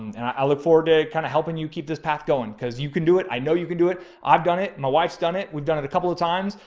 and i look forward to kind of helping you keep this path going. cause you can do it. i know you can do it. i've done it. my wife's done it. we've done it a couple of times.